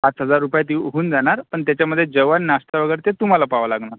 पाच हजार रुपयात यि होऊन जाणार पण त्याच्यामध्ये जेवण नाश्ता वगैरे ते तुम्हाला पाहावं लागणार